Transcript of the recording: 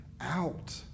out